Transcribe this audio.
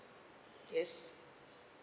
yes